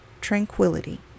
tranquility